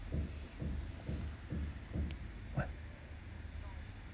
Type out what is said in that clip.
what